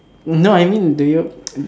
no I mean do you